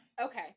Okay